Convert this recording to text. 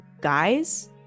guys